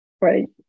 Right